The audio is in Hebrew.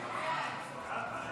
כאמור,